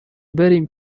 بریم